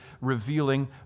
revealing